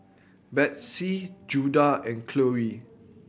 Bethzy Judah and Chloie